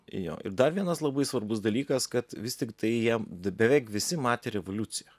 jo ir dar vienas labai svarbus dalykas kad vis tiktai jie beveik visi matė revoliuciją